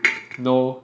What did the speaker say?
no